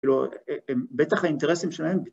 ‫כאילו, בטח האינטרסים שלהם...